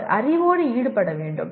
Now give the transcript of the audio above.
அவர் அறிவோடு ஈடுபட வேண்டும்